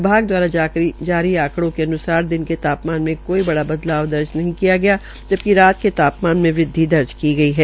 विभाग दवारा जारी आंकड़ो के अन्सार दिन के तापमान में कोई बड़ा बदलाव दर्ज नहीं किया गया जबकि रात के तापमान में बृद्वि दर्ज की गई है